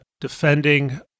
defending